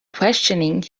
questioning